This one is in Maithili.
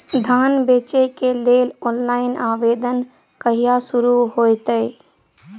धान बेचै केँ लेल ऑनलाइन आवेदन कहिया शुरू हेतइ?